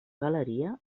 galeria